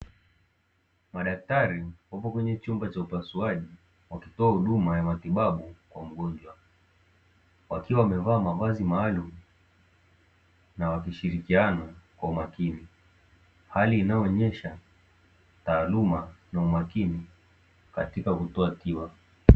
Madaktari wapo ndani ya chumba cha upasuaji wakitoa huduma ya matibabu kwa mgonjwa, wakiwa wamevaa mavazi maalumu na wakishirikiana kwa umakini hali inayoonyesha taaluma na umakini katika kutoa tiba.